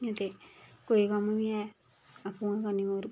ते कोई कम्म बी ऐ आपूं गै करनी मगर